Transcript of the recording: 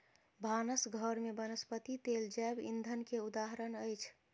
भानस घर में वनस्पति तेल जैव ईंधन के उदाहरण अछि